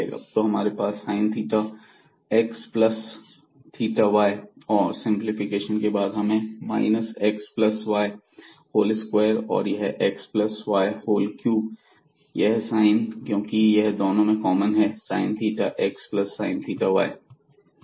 तो हमारे पास sin theta x plus theta y और सिंपलीफिकेशन के बाद हमें minus x plus y whole square और यह x plus y whole cube है यह sin है क्योंकि यह दोनों में कॉमन है sine theta x plus theta y